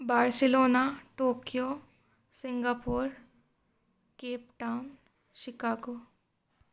Barcelona Tokyo Singapore Cape Town Chicago